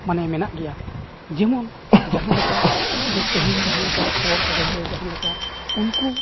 ᱢᱟᱱᱮ ᱢᱮᱱᱟᱜ ᱜᱮᱭᱟ ᱡᱮᱢᱚᱱ ᱡᱟᱦᱟᱸ ᱞᱮᱠᱟ ᱢᱟᱱᱮ ᱛᱮᱦᱮᱧ ᱡᱟᱦᱟᱸ ᱞᱮᱠᱟ ᱠᱷᱚᱵᱚᱨ ᱠᱟᱜᱚᱡᱽ ᱨᱮ ᱡᱟᱦᱟᱸ ᱞᱮᱠᱟ ᱩᱱᱠᱩ